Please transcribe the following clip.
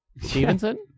stevenson